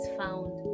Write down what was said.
found